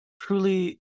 truly